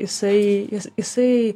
jisai jisai